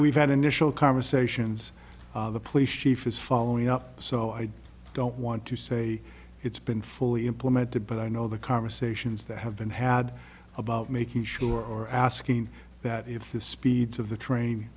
we've had initial conversations the police chief is following up so i don't want to say it's been fully implemented but i know the conversations that have been had about making sure are asking that if the speeds of the train